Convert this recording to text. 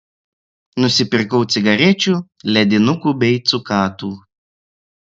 nusipirkau cigarečių ledinukų bei cukatų